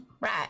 Right